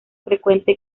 frecuente